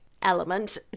element